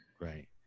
Right